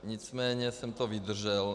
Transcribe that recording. Nicméně jsem to vydržel.